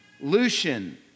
Lucian